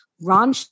Ron